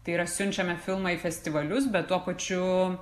tai yra siunčiame filmą į festivalius bet tuo pačiu